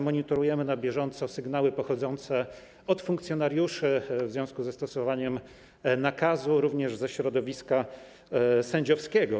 Monitorujemy na bieżąco sygnały pochodzące od funkcjonariuszy w związku ze stosowaniem nakazu, również ze środowiska sędziowskiego.